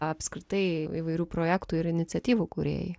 apskritai įvairių projektų ir iniciatyvų kūrėjai